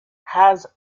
has